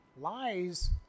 lies